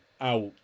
out